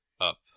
up